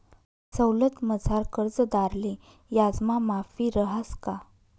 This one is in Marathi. सवलतमझार कर्जदारले याजमा माफी रहास का?